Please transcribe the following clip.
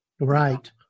right